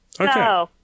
okay